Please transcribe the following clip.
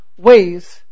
ways